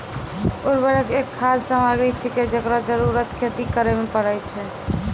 उर्वरक एक खाद सामग्री छिकै, जेकरो जरूरत खेती करै म परै छै